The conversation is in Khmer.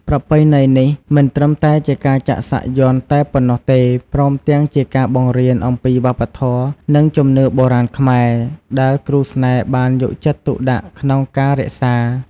ប្រពៃណីនេះមិនត្រឹមតែជាការចាក់សាក់យន្តតែប៉ុណ្ណោះទេ ព្រមទាំងជាការបង្រៀនអំពីវប្បធម៌ និងជំនឿបុរាណខ្មែរ ដែលគ្រូស្នេហ៍បានយកចិត្តទុកដាក់ក្នុងការរក្សា។